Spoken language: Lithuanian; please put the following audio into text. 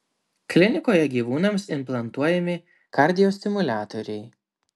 klinikoje gyvūnams implantuojami kardiostimuliatoriai